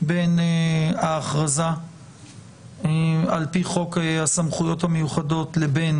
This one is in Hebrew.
בין ההכרזה על פי חוק הסמכויות המיוחדות לבין